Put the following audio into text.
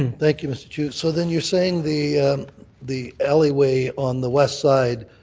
and thank you, mr. chu. so then you're saying the the alleyway on the west side,